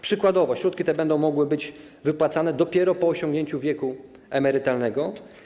Przykładowo środki te będą mogły być wypłacane dopiero po osiągnięciu wieku emerytalnego.